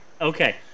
Okay